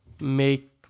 Make